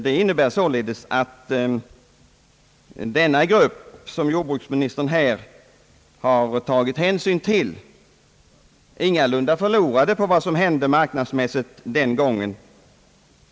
Det innebär således att den grupp, som jordbruksministern här har tagit hänsyn till, ingalunda förlorade på vad som hände marknadsmässigt den gången.